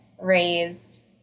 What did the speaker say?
raised